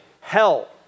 hell